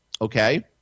okay